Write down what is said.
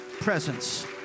presence